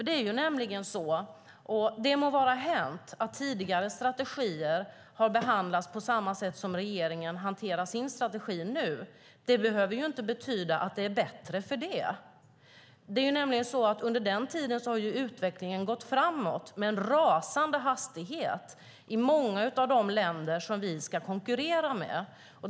Det må vara hänt att tidigare strategier har behandlats på samma sätt som regeringen hanterar sin strategi nu. Det behöver inte betyda att det är bättre för det. Under den tiden har ju utvecklingen gått framåt i en rasande hastighet i många av de länder som vi ska konkurrera med.